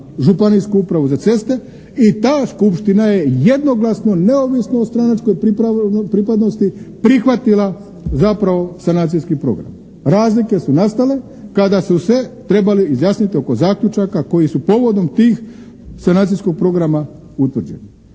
županijsku upravu za ceste i ta skupština je jednoglasno neovisno o stranačkoj pripadnosti prihvatila zapravo sanacijski program. Razlike su nastale kada su se trebali izjasniti oko zaključaka koji su povodom tih sanacijskog programa utvrđeni.